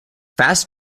fast